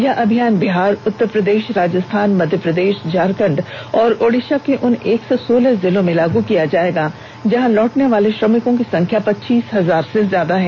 यह अभियान बिहार उत्तर प्रदेश राजस्थान मध्य प्रदेश झारखंड और ओंडीसा के उन एक सौ सोलह जिलों में लागू किया जाएगा जहां लौटने वाले श्रमिकों की संख्या पच्चीस हजार से ज्यादा है